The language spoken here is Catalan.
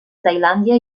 tailàndia